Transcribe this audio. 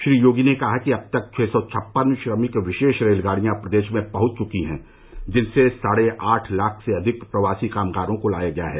श्री योगी ने कहा कि अब तक छः सौ छप्पन श्रमिक विशेष रेलगाड़ियां प्रदेश में पहुंच चुकी हैं जिनसे साढ़े आठ लाख से अधिक प्रवासी कामगारों को लाया गया है